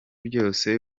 byose